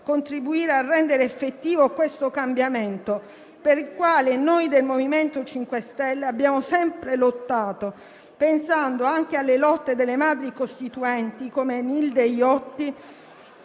contribuire a rendere effettivo questo cambiamento per il quale noi del MoVimento 5 Stelle abbiamo sempre lottato, pensando anche alle lotte delle Madri costituenti come Nilde Iotti,